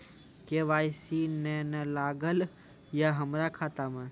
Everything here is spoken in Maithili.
के.वाई.सी ने न लागल या हमरा खाता मैं?